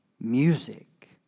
music